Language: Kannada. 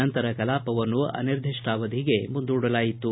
ನಂತರ ಕಲಾಪವನ್ನು ಅನಿರ್ಧಾಷ್ಟಾವಧಿಗೆ ಮುಂದೂಡಲಾಯಿತು